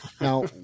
Now